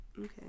Okay